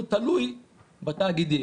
הוא תלוי בתאגידים.